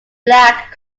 black